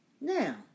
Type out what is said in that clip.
Now